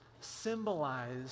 symbolize